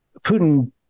Putin